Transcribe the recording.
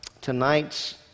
tonight's